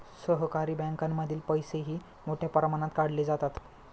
सहकारी बँकांमधील पैसेही मोठ्या प्रमाणात काढले जातात